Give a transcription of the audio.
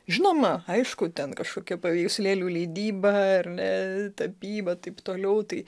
žinoma aišku ten kažkokia paveikslėlių leidyba ar ne tapyba taip toliau tai